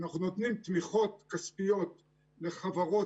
אנחנו נותנים תמיכות כספיות לחברות,